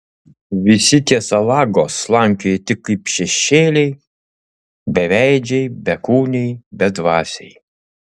visi tie salagos slankioja tik kaip šešėliai beveidžiai bekūniai bedvasiai